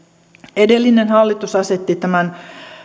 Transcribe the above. edellinen hallitus asetti tämän